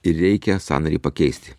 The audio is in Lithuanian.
ir reikia sąnarį pakeisti